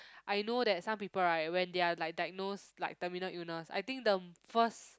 I know that some people right when they are like they knows like terminal illness I think them first